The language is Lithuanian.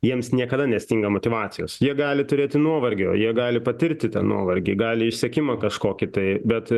jiems niekada nestinga motyvacijos jie gali turėti nuovargio jie gali patirti tą nuovargį gali išsekimą kažkokį tai bet